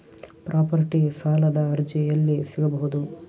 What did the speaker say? Property ಸಾಲದ ಅರ್ಜಿ ಎಲ್ಲಿ ಸಿಗಬಹುದು?